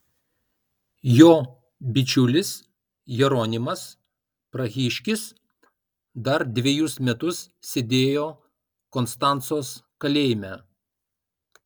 jo bičiulis jeronimas prahiškis dar dvejus metus sėdėjo konstancos kalėjime